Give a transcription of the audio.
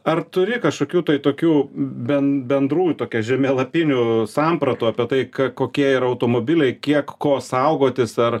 ar turi kašokių tai tokių ben bendrų tokia žemėlapinių sampratų tai ka kokie yra automobiliai kiek ko saugotis ar